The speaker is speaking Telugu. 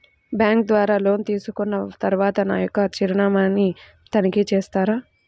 బ్యాంకు ద్వారా లోన్ తీసుకున్న తరువాత నా యొక్క చిరునామాని తనిఖీ చేస్తారా?